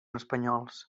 espanyols